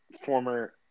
former